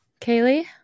Kaylee